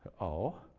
oh?